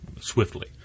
swiftly